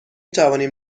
توانیم